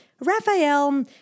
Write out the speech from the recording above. Raphael